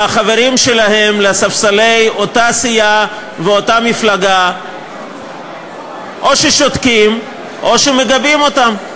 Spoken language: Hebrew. והחברים שלהם לספסלי אותה סיעה ואותה מפלגה או שותקים או מגבים אותם,